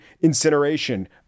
incineration